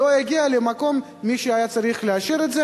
לא הגיע למקום של מי שהיה צריך לאשר אותם,